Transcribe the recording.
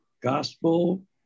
gospel